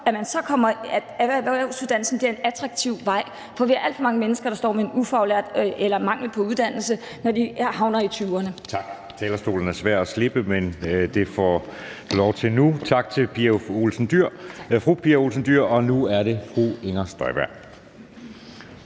at erhvervsuddannelsen så bliver en attraktiv vej. For vi har alt for mange mennesker, der er ufaglærte eller mangler uddannelse, når de er i 20'erne. Kl. 13:49 Anden næstformand (Jeppe Søe): Tak. Talerstolen er svær at slippe, men det får man lov til nu. Tak til fru Pia Olsen Dyhr. Og nu er det fru Inger Støjberg.